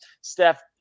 Steph